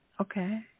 Okay